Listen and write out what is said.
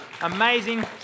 Amazing